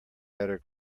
better